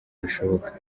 bishoboka